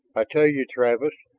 i tell you, travis,